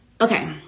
Okay